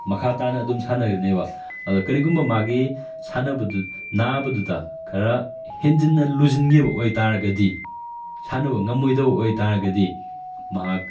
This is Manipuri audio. ꯃꯈꯥ ꯇꯥꯅ ꯑꯗꯨꯝ ꯁꯥꯟꯅꯒꯅꯦꯕ ꯑꯗ ꯀꯔꯤꯒꯨꯝꯕ ꯃꯥꯒꯤ ꯁꯥꯟꯅꯕꯗꯨ ꯅꯥꯕꯗꯨꯗ ꯈꯔ ꯍꯦꯟꯖꯤꯟꯅ ꯂꯨꯁꯤꯟꯈꯤꯕ ꯑꯣꯏꯇꯥꯔꯒꯗꯤ ꯁꯥꯟꯅꯕ ꯉꯝꯃꯣꯏꯗꯧ ꯑꯣꯏꯇꯥꯔꯒꯗꯤ ꯃꯍꯥꯛ